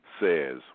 says